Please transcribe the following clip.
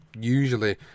usually